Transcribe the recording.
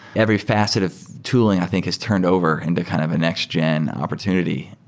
every facet of tooling i think has turned over into kind of a next gen opportunity.